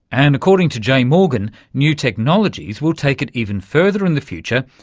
and according to jay morgan new technologies will take it even further in the future,